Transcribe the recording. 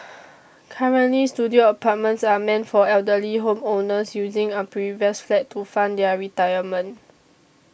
currently studio apartments are meant for elderly home owners using a previous flat to fund their retirement